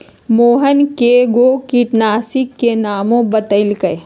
मोहन कै गो किटनाशी के नामो बतलकई